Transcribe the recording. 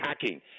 hacking